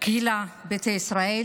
הקהילה ביתא ישראל,